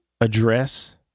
address